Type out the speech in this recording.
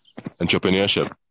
Entrepreneurship